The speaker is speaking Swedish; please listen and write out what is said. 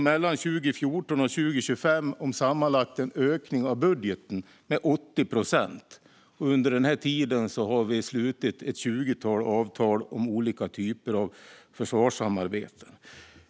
Mellan 2014 och 2025 handlar det om en sammanlagd ökning av budgeten med 80 procent. Under den tiden har vi också slutit ett tjugotal avtal om olika typer av försvarssamarbeten.